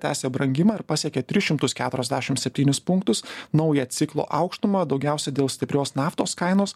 tęsia brangimą ir pasiekė tris šimtus keturiasdešim septynis punktus naują ciklo aukštumą daugiausia dėl stiprios naftos kainos